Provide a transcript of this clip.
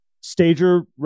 stager